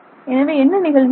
எனவே என்ன நிகழ்கிறது